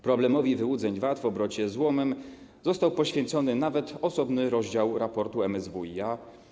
Problemowi wyłudzeń VAT w obrocie złomem został poświęcony nawet osobny rozdział raportu MSWiA.